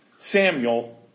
Samuel